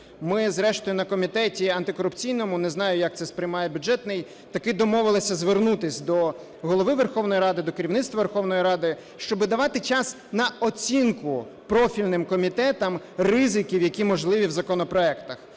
Ми зрештою на комітеті антикорупційному, не знаю як це сприймає бюджетний, таки домовилися звернутись до Голови Верховної Ради, до керівництва Верховної Ради, щоб давати час на оцінку профільним комітетам ризиків, які можливі в законопроектах,